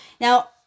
Now